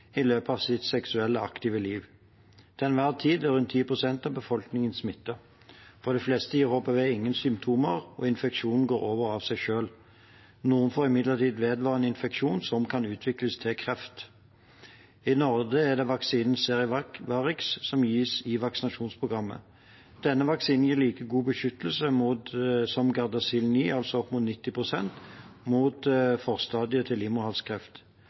i løpet av sitt seksuelt aktive liv. Til enhver tid er rundt 10 pst. av befolkningen smittet. For de fleste gir HPV ingen symptomer, og infeksjonen går over av seg selv. Noen får imidlertid vedvarende infeksjon som kan utvikles til kreft. I Norge er det vaksinen Cervarix som gis i vaksinasjonsprogrammet. Denne vaksinen gir like god beskyttelse som Gardasil 9, altså opp mot 90 pst., mot forstadiet til